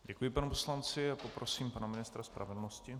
Děkuji panu poslanci a poprosím pana ministra spravedlnosti.